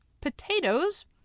potatoes